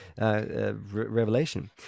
revelation